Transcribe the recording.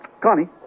Connie